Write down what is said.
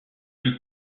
plus